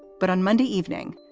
but on monday evening,